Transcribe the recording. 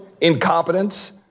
incompetence